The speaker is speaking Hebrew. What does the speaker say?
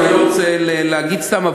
אני לא רוצה להגיד סתם,